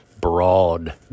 broad